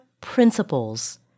principles